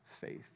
faith